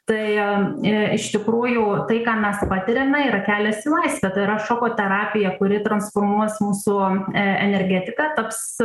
tai e iš tikrųjų tai ką mes patiriame yra kelias į laisvę tai yra šoko terapija kuri transformuos mūsų e energetiką taps